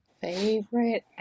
Favorite